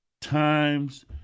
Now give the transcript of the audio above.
times